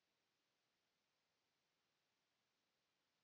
Kiitos.